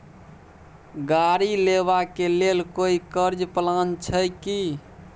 गाड़ी लेबा के लेल कोई कर्ज प्लान छै की?